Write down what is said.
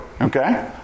Okay